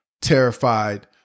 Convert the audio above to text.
terrified